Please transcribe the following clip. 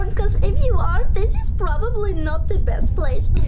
because if you are, this is probably not the best place